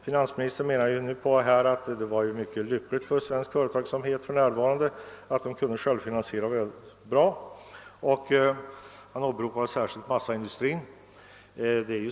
Finansministern menar nu att det för närvarande är mycket lyckligt ställt med svensk företagsamhet och att självfinansieringen är god. Han åberopar särskilt massaindustrin.